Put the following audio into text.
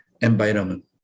environment